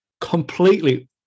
completely